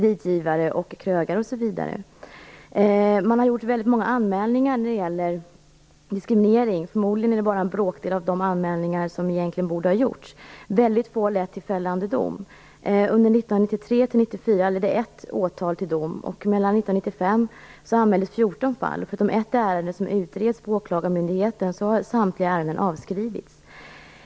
Det har gjorts väldigt många anmälningar när det gäller diskriminering, men förmodligen är det bara en bråkdel av de anmälningar som egentligen borde ha gjorts. Väldigt få har lett till fällande dom. Under fall. Förutom ett ärende som utreds på åklagarmyndigheten har samtliga ärenden avskrivits.